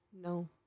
No